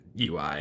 UI